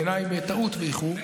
בעיניי בטעות באיחור,